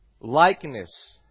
Likeness